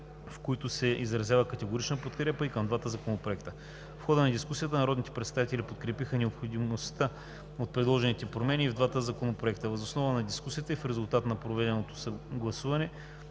в които се изразява категорична подкрепа и към двата законопроекта. В хода на дискусията народните представители подкрепиха необходимостта от предложените промени и в двата законопроекта. Въз основа на дискусията и в резултат на проведеното гласуване